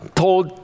told